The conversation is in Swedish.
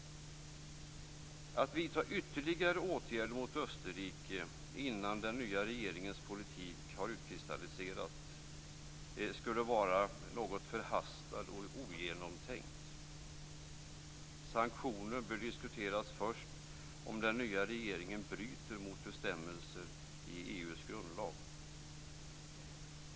Att vidta ytterligare åtgärder mot Österrike innan den nya regeringens politik har utkristalliserats skulle vara något förhastat och ogenomtänkt. Sanktioner bör diskuteras först om den nya regeringen bryter mot bestämmelser i EU:s grundlag.